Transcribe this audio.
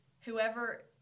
whoever